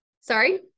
Sorry